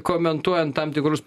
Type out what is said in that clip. komentuojant tam tikrus